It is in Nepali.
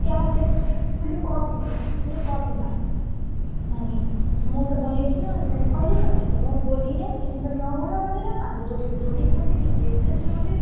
त्यहाँ चाहिँ उसले कपी उसले कपी माग्यो अनि म त बोलेको थिएनौँ अनि मैले पहिलै भनिदिएको थिएँ म बोल्दिनँ तिमी पनि नबोल भनेर हाम्रो दोस्ती तोडिइसक्यो तिमीले यस्तो यस्तो गऱ्यौ